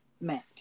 meant